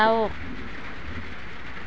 যাওক